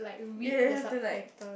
you'll have to like